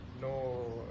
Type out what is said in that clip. no